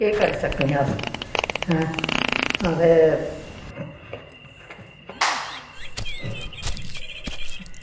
केह् करी सकने अस ऐं ते